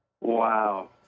Wow